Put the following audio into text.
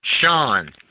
Sean